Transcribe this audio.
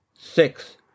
six